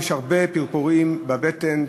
יש הרבה פרפורים בבטן,